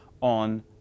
on